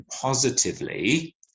positively